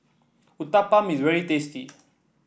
uthapam is very tasty